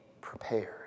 prepared